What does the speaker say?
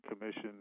commission